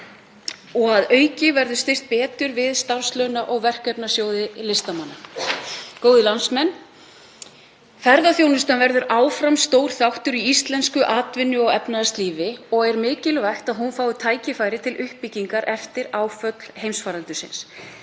Að auki verður stutt betur við starfslauna- og verkefnasjóði listamanna. Góðir landsmenn. Ferðaþjónustan verður áfram stór þáttur í íslensku atvinnu- og efnahagslífi og er mikilvægt að hún fái tækifæri til uppbyggingar eftir áföll heimsfaraldursins.